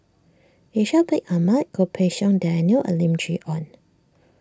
Ishak Bin Ahmad Goh Pei Siong Daniel and Lim Chee Onn